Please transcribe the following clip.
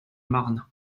marne